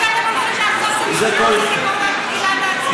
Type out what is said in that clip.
מה שאתם הולכים לעשות נוגד את מה שכתוב במגילת העצמאות,